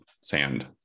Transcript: sand